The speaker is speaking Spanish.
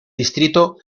distrito